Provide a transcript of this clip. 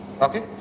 Okay